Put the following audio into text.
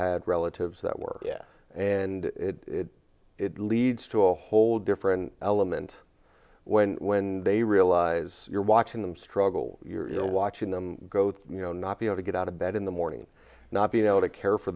had relatives that work and it leads to a whole different element when when they realize you're watching them struggle you're watching them grow you know not be able to get out of bed in the morning not being able to care for